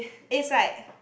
is like